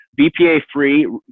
BPA-free